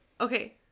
Okay